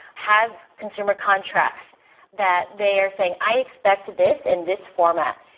have consumer contracts that they are saying, i expect this in this format.